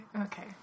Okay